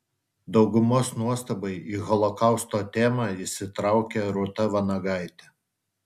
daugumos nuostabai į holokausto temą įsitraukė rūta vanagaitė